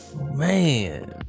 man